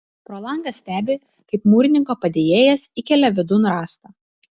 pro langą stebi kaip mūrininko padėjėjas įkelia vidun rąstą